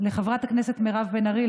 לחברת הכנסת מירב בן ארי,